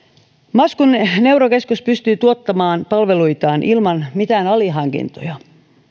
maskun neurokeskus pystyy tuottamaan palveluitaan ilman mitään alihankintoja